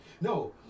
No